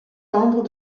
tendre